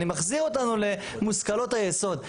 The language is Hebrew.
אני מחזיר אותנו למושכלות היסוד.